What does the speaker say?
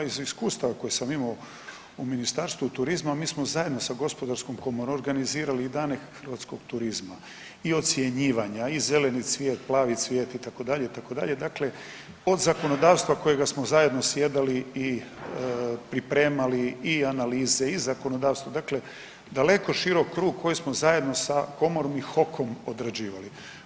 Iz iskustava koje sam imao u Ministarstvu turizma mi smo zajedno sa gospodarskom komorom organizirali i dane hrvatskog turizma i ocjenjivanja i Zeleni cvijet, Plavi cvijet itd., itd., dakle od zakonodavstva kojega smo zajedno sjedali i pripremali i analize i zakonodavstvo, dakle daleko širok krug koji smo zajedno sa komorom i HOK-om odrađivali.